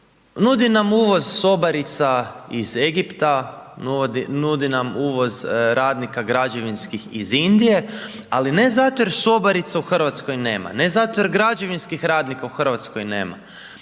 Nudi nam uvoz sobarica iz Egipta, nudi nam uvoz radnika građevinskih iz Indije, ali ne zato jer sobarica u Hrvatskoj nema, ne zato jer građevinskih radnika u Hrvatskoj nema,